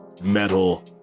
metal